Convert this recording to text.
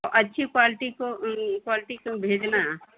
तो अच्छी क्वाल्टी को क्वाल्टी को भेजना